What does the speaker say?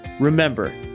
Remember